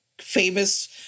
famous